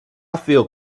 feel